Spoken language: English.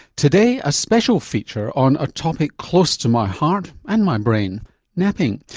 today a special feature on a topic close to my heart and my brain napping.